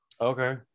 Okay